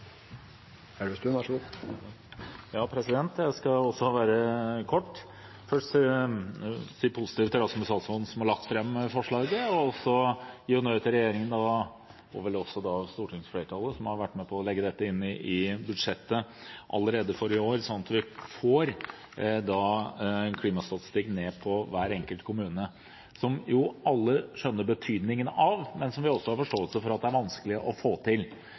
Rasmus Hansson. Jeg vil også gi honnør til regjeringen og stortingsflertallet, som har vært med på å legge dette inn i budsjettet allerede for i år, sånn at vi får en klimastatistikk for hver enkelt kommune, som jo alle skjønner betydningen av, men som jeg også har forståelse for at det er vanskelig å få til.